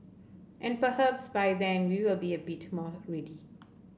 and perhaps by then we will be a bit more ready